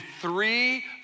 three